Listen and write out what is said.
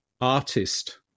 artist